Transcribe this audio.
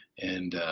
and